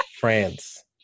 France